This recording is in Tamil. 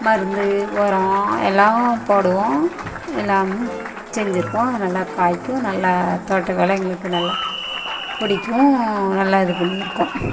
மருந்து உரம் எல்லாம் போடுவோம் எல்லாம் செஞ்சுருக்கோம் அது நல்லா காய்க்கும் நல்லா தோட்ட வேலை எங்களுக்கு நல்லா பிடிக்கும் நல்லா இது பண்ணியிருக்கோம்